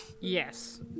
yes